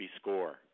score